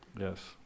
Yes